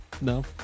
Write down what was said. No